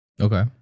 Okay